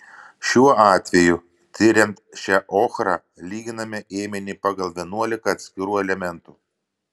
šiuo atveju tiriant šią ochrą lyginame ėminį pagal vienuolika atskirų elementų